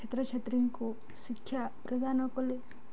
ଛାତ୍ରଛାତ୍ରୀଙ୍କୁ ଶିକ୍ଷା ପ୍ରଦାନ କଲେ